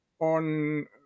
on